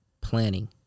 planning